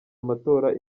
amatora